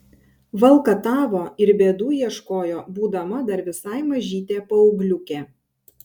valkatavo ir bėdų ieškojo būdama dar visai mažytė paaugliukė